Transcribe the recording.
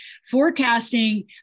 forecasting